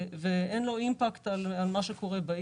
ואין לו אימפקט על מה שקורה בעיר.